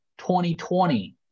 2020